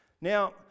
Now